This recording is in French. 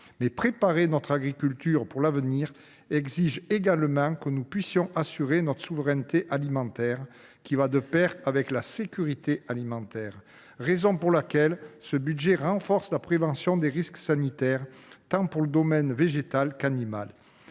2024. Préparer notre agriculture pour l’avenir exige également que nous puissions assurer notre souveraineté alimentaire, qui va de pair avec la sécurité alimentaire. C’est la raison pour laquelle ce budget renforce la prévention des risques sanitaires, dans le domaine tant végétal qu’animal.